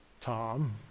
Tom